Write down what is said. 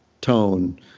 tone